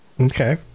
Okay